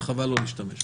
וחבל לא להשתמש בו.